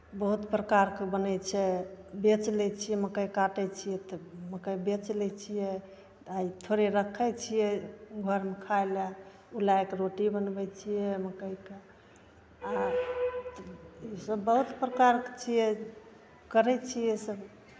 बहुत प्रकारके बनै छै बेचि लै छियै मकइ काटै छियै तऽ मकइ बेचि लै छियै आ थोड़े रखै छियै घरमे खाय लए उलाय कऽ रोटी बनबै छियै मकइके आ ईसभ बहुत प्रकारके छियै करै छियै सभ